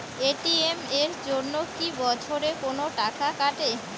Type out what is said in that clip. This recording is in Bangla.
এ.টি.এম এর জন্যে কি বছরে কোনো টাকা কাটে?